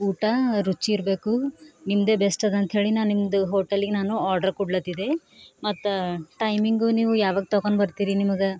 ಊಟ ರುಚಿ ಇರಬೇಕು ನಿಮ್ಮದೇ ಬೆಸ್ಟ್ ಅದ ಅಂತ ಹೇಳಿ ನಾ ನಿಮ್ಮದು ಹೋಟೆಲಿಗೆ ನಾನು ಆರ್ಡರ್ ಕೊಡ್ಲತಿದ್ದೆ ಮತ್ತು ಟೈಮಿಂಗು ನೀವು ಯಾವಾಗ ತಗೊಂಡ್ ಬರ್ತಿರಿ ನಿಮಗೆ